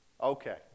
Okay